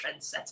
trendsetter